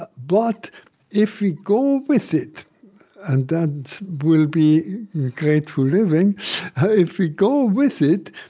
ah but if we go with it and that will be grateful living if we go with it,